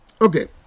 Okay